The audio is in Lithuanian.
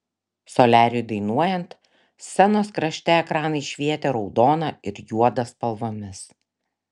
soliariui dainuojant scenos krašte ekranai švietė raudona ir juoda spalvomis